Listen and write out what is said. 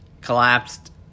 collapsed